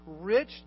rich